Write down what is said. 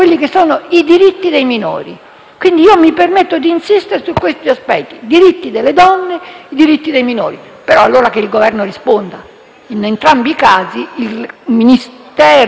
minori. Mi permetto di insistere su questi aspetti: diritti delle donne e diritti dei minori. Che il Governo risponda. In entrambi i casi, il Ministero responsabile,